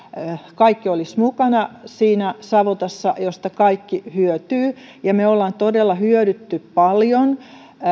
kaikki olisivat mukana siinä savotassa josta kaikki hyötyvät ja me olemme todella hyötyneet paljon